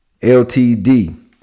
LTD